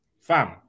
fam